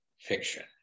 fiction